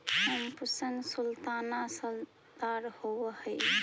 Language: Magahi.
थॉम्पसन सुल्ताना रसदार होब हई